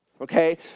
okay